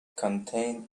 contained